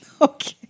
Okay